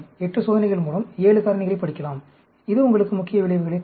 8 சோதனைகள் மூலம் 7 காரணிகளைப் படிக்கலாம் இது உங்களுக்கு முக்கிய விளைவுகளைத் தரும்